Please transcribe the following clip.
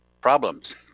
problems